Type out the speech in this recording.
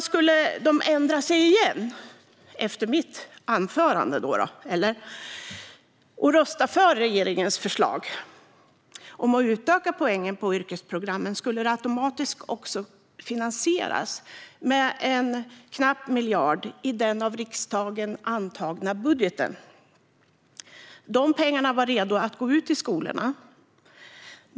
Om Moderaterna skulle ändra sig igen efter mitt anförande och rösta för regeringens förslag om att utöka poängen på yrkesprogrammen skulle reformen automatiskt finansieras med en knapp miljard i den av riksdagen antagna budgeten. De pengarna var redo att skickas ut till skolorna.